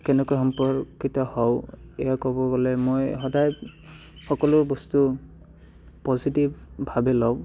কেনেকৈ সম্পৰ্কিত হওঁ এয়া ক'ব গ'লে মই সদায় সকলো বস্তু পজিটিভ ভাবে লওঁ